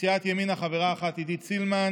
סיעת ימינה, חברה אחת, עידית סילמן,